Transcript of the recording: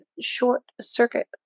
short-circuit